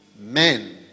Men